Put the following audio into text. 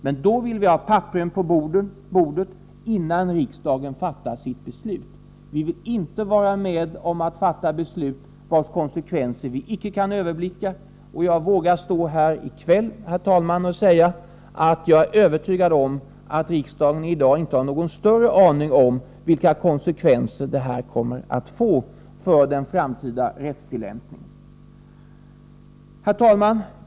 Men vi vill då ha papperen på bordet innan riksdagen fattar sitt beslut. Vi vill inte vara med om att fatta beslut vars konsekvenser vi icke kan överblicka. Jag vågar stå här i kväll och säga, herr talman, att jag är övertygad om att riksdagen i dag inte har någon större aning om vilka konsekvenser propositionens förslag kommer att få för den framtida rättstillämpningen. Herr talman!